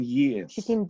years